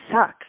sucks